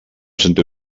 santa